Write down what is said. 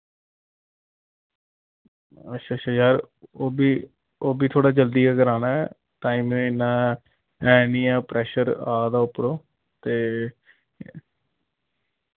अच्छ अच्छा यार ओह् बी ओह् बी थोह्ड़ा जल्दी गै कराना ऐ टाइम नेईं इन्ना ऐ निं ऐ प्रैशर आ दा उप्परो ते